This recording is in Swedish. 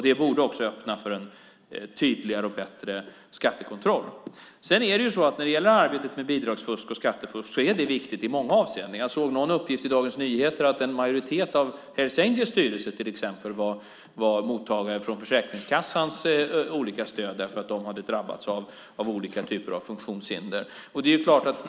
Det borde också öppna för en tydligare och bättre skattekontroll. Arbetet mot bidrags och skattefusk är viktigt i många avseenden. Jag såg någon uppgift i Dagens Nyheter att en majoritet i Hells Angels styrelse är mottagare av Försäkringskassans olika stöd därför att de har drabbats av olika typer av funktionshinder.